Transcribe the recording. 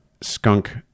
skunk